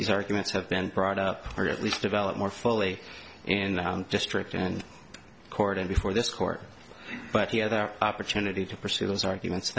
these arguments have been brought up or at least develop more fully in the district and court and before this court but he had our opportunity to pursue those arguments